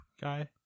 guy